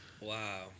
Wow